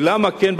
ולמה כן,